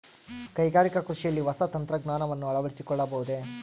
ಕೈಗಾರಿಕಾ ಕೃಷಿಯಲ್ಲಿ ಹೊಸ ತಂತ್ರಜ್ಞಾನವನ್ನ ಅಳವಡಿಸಿಕೊಳ್ಳಬಹುದೇ?